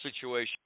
situation